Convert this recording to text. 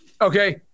Okay